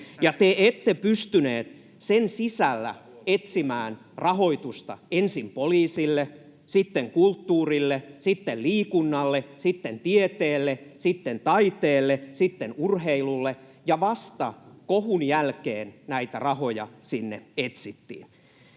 te ette pystyneet sen sisällä etsimään rahoitusta ensin poliisille, sitten kulttuurille, sitten liikunnalle, sitten tieteelle, sitten taiteelle, sitten urheilulle, ja vasta kohun jälkeen näitä rahoja sinne etsittiin.